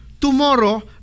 tomorrow